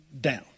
down